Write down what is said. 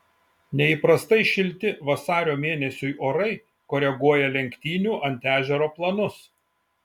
neįprastai šilti vasario mėnesiui orai koreguoja lenktynių ant ežero planus